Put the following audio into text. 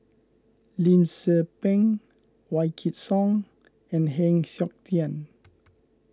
Lim Tze Peng Wykidd Song and Heng Siok Tian